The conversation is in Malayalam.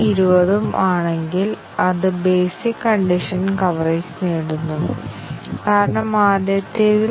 ഒന്നിലധികം അവസ്ഥ ഇൻപുട്ട് അവസ്ഥകളുടെ സാധ്യമായ എല്ലാ കോമ്പിനേഷനുകളും പരിഗണിക്കപ്പെടുമോ പാത്ത് കവറേജ് ആശ്രിത കവറേജ് തുടങ്ങിയവ